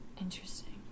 interesting